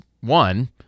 one